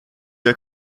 der